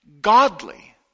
godly